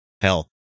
Hell